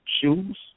shoes